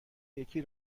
یکی